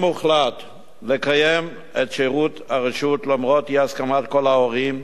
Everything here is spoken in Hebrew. אם הוחלט לקיים את שירות הרשות למרות אי-הסכמת כל ההורים,